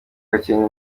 gakenke